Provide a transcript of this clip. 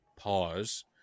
pause